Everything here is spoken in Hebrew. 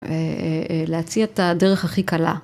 להציע את הדרך הכי קלה.